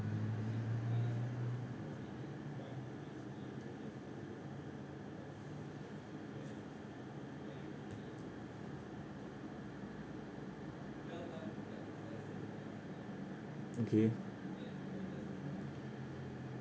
okay